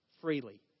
freely